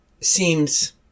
seems